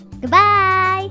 Goodbye